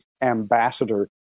ambassador